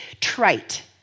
trite